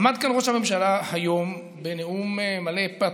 עמד פה ראש הממשלה היום בנאום מלא פתוס,